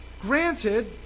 Granted